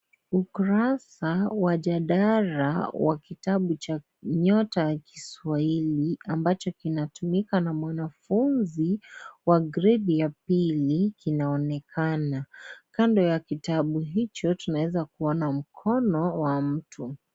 Ukurasa wa jalada wa kitabu cha; Nyota ya Kiswahili ambacho kinatumika na wanafunzi wa gredi ya pili kinaonekana. Kando ya kitabu hicho tunaweza kuona mkono wa mtu.